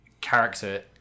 character